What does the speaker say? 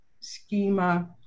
schema